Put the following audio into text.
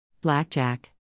Blackjack